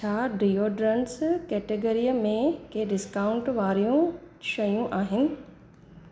छा डेओड्रेंट कैटेगरीअ में के डिस्काउंट वारियूं शयूं आहिनि